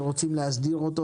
שרוצים להסדיר אותו,